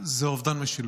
זה אובדן משילות.